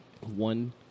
one